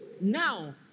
now